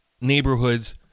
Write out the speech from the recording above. neighborhoods